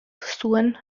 zuen